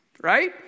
Right